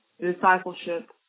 discipleship